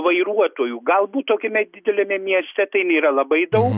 vairuotojų galbūt tokiame dideliame mieste tai nėra labai daug